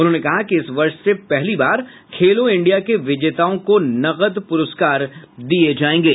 उन्होंने कहा कि इस वर्ष से पहली बार खेलों इंडिया के विजेताओं को नकद पुरस्कार दिए जाएंगे